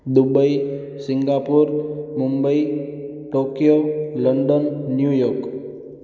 Dubai Singapore Mumbai Tokyo London New York